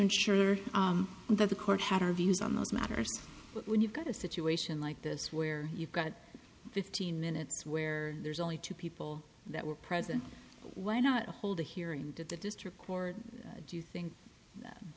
ensure that the court had our views on those matters when you've got a situation like this where you've got fifteen minutes where there's only two people that were present why not hold a hearing in the district or do you think